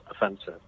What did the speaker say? offensive